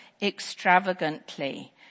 extravagantly